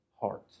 heart